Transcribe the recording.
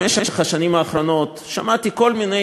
במשך השנים האחרונות שמעתי כל מיני